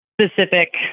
specific